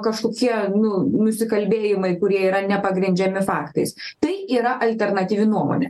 kažkokie nu nusikalbėjimai kurie yra nepagrindžiami faktais tai yra alternatyvi nuomonė